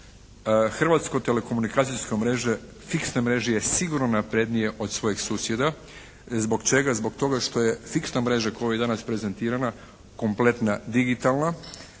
hrvatska telekomunikacijska mreža fiksnoj mreži je sigurno naprednija od svojih susjeda. Zbog čega? Zbog toga što je fiksna mreža koja je danas prezentirana kompletna digitalna,